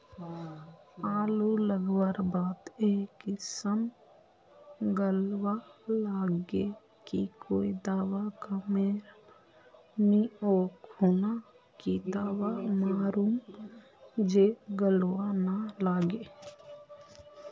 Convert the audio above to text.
आलू लगवार बात ए किसम गलवा लागे की कोई दावा कमेर नि ओ खुना की दावा मारूम जे गलवा ना लागे?